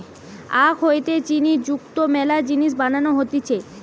আখ হইতে চিনি যুক্ত মেলা জিনিস বানানো হতিছে